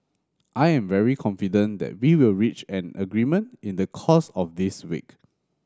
I am very confident that we will reach an agreement in the course of this week